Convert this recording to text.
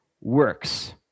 works